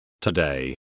Today